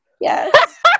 Yes